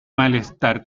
malestar